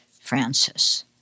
Francis